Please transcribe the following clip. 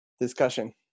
discussion